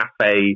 cafe